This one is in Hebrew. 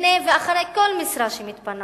לפני ואחרי כל משרה שמתפנה